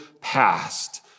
past